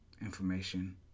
information